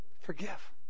forgive